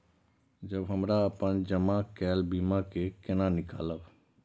जब हमरा अपन जमा केल बीमा के केना निकालब?